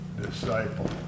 disciple